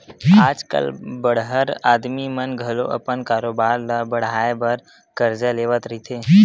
आज कल बड़हर आदमी मन घलो अपन कारोबार ल बड़हाय बर करजा लेवत रहिथे